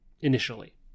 initially